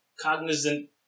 cognizant